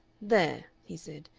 there, he said,